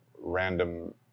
random